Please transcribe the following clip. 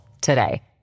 today